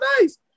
nice